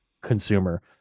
consumer